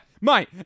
mate